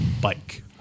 bike